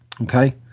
Okay